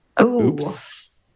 Oops